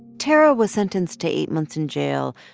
tarra was sentenced to eight months in jail.